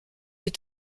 est